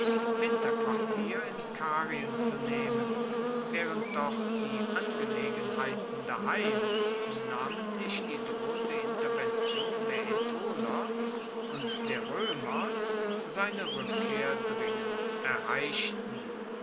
winterquartier in karien zu nehmen waehrend doch die angelegenheiten daheim namentlich die drohende intervention der aetoler und der roemer seine rueckkehr dringend erheischten